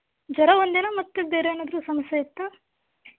ಜ್ವರ ಒಂದೇನಾ ಮತ್ತೆ ಬೇರೆ ಏನಾದರೂ ಸಮಸ್ಯೆ ಇತ್ತಾ